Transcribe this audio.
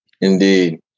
Indeed